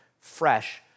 fresh